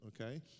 okay